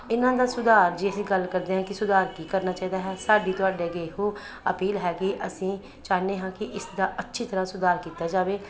ਇਹਨਾਂ ਦਾ ਸੁਧਾਰ ਜੇ ਅਸੀਂ ਗੱਲ ਕਰਦੇ ਹਾਂ ਕਿ ਸੁਧਾਰ ਕੀ ਕਰਨਾ ਚਾਹੀਦਾ ਹੈ ਸਾਡੀ ਤੁਹਾਡੇ ਅੱਗੇ ਇਹੋ ਅਪੀਲ ਹੈ ਕਿ ਅਸੀਂ ਚਾਹੁੰਦੇ ਹਾਂ ਕਿ ਇਸਦਾ ਅੱਛੀ ਤਰ੍ਹਾਂ ਸੁਧਾਰ ਕੀਤਾ ਜਾਵੇ